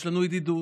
יש לנו ידידות,